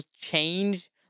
change